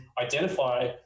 identify